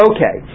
Okay